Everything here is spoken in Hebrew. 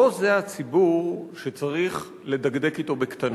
לא זה הציבור שצריך לדקדק אתו בקטנות.